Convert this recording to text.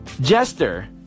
Jester